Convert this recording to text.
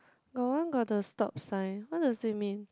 got one got the stop sign what does it mean